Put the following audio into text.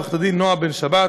עורכת הדין נעה בן שבת,